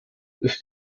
ist